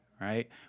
right